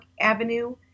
Avenue